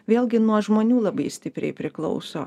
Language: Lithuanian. vėlgi nuo žmonių labai stipriai priklauso